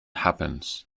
happens